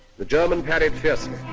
the german parried fiercely.